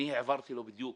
העברתי לו בדיוק